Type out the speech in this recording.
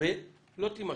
ולא תימשך.